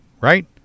Right